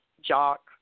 Jock